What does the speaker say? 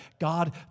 God